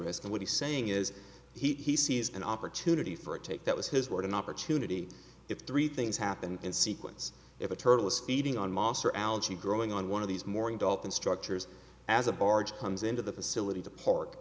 risk and what he's saying is he sees an opportunity for a take that was his word an opportunity if three things happen in sequence if a turtle is feeding on monster algae growing on one of these morning dolphin structures as a barge comes into the facility to park